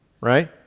right